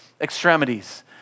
extremities